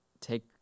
take